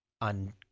on